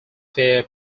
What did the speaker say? fare